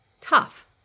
tough